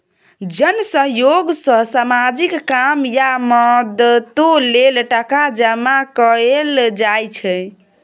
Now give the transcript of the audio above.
जन सहयोग सँ सामाजिक काम या मदतो लेल टका जमा कएल जाइ छै